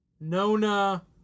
Nona